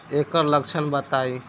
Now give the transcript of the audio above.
एकर लक्षण बताई?